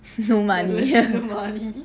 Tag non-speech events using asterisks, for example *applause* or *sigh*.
no money *laughs*